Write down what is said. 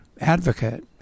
advocate